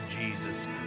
jesus